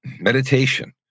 meditation